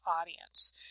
audience